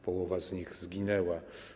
Połowa z nich zginęła.